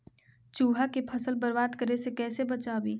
चुहा के फसल बर्बाद करे से कैसे बचाबी?